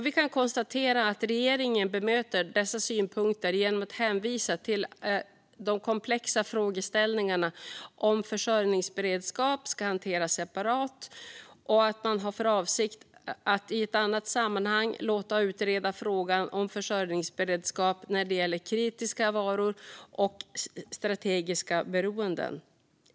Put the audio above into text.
Vi kan konstatera att regeringen bemöter dessa synpunkter genom att hänvisa till att de komplexa frågeställningarna om försörjningsberedskap ska hanteras separat och att man har för avsikt att i ett annat sammanhang låta utreda frågan om försörjningsberedskap när det gäller kritiska varor och strategiska beroenden.